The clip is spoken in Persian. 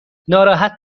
ناراحت